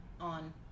on